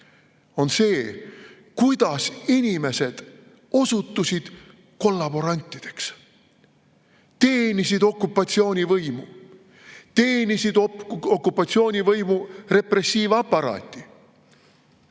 on see, et inimesed osutusid kollaborantideks. Nad teenisid okupatsioonivõimu, teenisid okupatsioonivõimu repressiivaparaati,